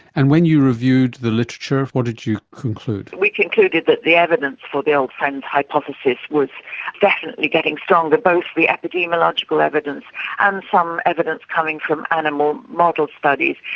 and when you reviewed the literature, what did you conclude? we concluded that the evidence for the old friends hypothesis was definitely getting stronger, both the epidemiological evidence and some evidence coming from animal model studies.